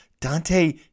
Dante